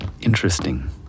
interesting